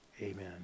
Amen